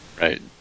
Right